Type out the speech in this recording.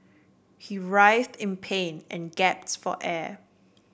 he writhed in pain and gasp for air